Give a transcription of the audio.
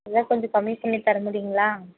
ஏதாவது கொஞ்சம் கம்மி பண்ணி தரமுடியுங்களா